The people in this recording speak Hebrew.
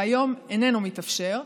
שהיום אינו מתאפשר,